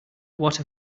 what